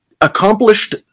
accomplished